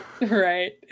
right